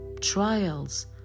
trials